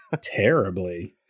terribly